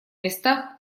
местах